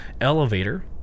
elevator